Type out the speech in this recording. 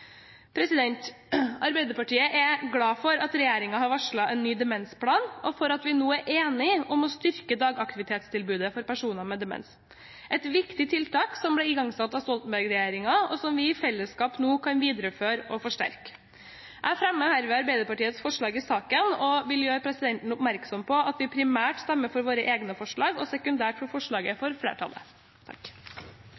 Arbeiderpartiet er glad for at regjeringen har varslet en ny demensplan, og for at vi nå er enige om å styrke dagaktivitetstilbudet for personer med demens – et viktig tiltak som ble igangsatt av Stoltenberg-regjeringen, og som vi nå i fellesskap kan videreføre og forsterke. Jeg fremmer herved Arbeiderpartiets forslag i saken og vil gjøre presidenten oppmerksom på at vi primært stemmer for våre egne forslag og sekundært for forslaget fra flertallet.